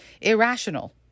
irrational